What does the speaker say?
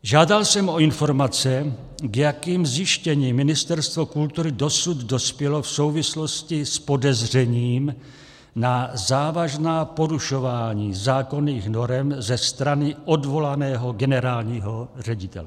Žádal jsem o informace, k jakým zjištěním Ministerstvo kultury dosud dospělo v souvislosti s podezřením na závažná porušování zákonných norem ze strany odvolaného generálního ředitele.